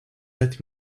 let